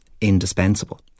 indispensable